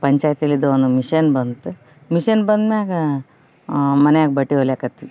ಪಂಚಾಯ್ತಿಯಲ್ಲಿದ್ದ ಒಂದು ಮಿಷನ್ ಬಂತು ಮಿಷನ್ ಬಂದ್ಮ್ಯಾಗ ಮನೆಯಾಗೆ ಬಟ್ಟೆ ಹೊಲಿಯಾಕತ್ವಿ